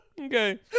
Okay